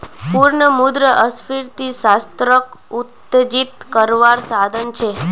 पुनः मुद्रस्फ्रिती अर्थ्शाश्त्रोक उत्तेजित कारवार साधन छे